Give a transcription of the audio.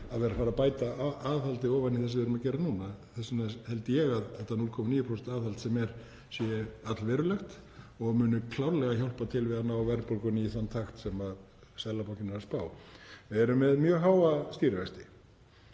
að fara að bæta aðhaldi ofan í það sem við erum að gera núna. Þess vegna held ég að þetta 0,9% aðhald sé allverulegt og muni klárlega hjálpa til við að ná verðbólgunni í þann takt sem Seðlabankinn er að spá. Við erum með mjög háa stýrivexti,